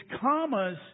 commas